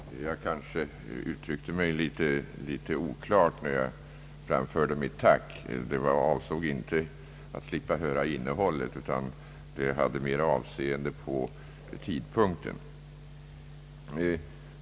Herr talman! Jag kanske uttryckte mig litet oklart när jag framförde mitt tack. Det avsåg inte att slippa höra innehållet, utan det hade mera avseende på tidpunkten.